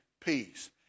peace